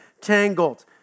tangled